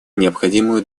необходимую